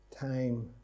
time